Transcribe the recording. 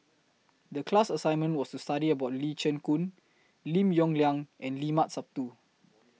The class assignment was to study about Lee Chin Koon Lim Yong Liang and Limat Sabtu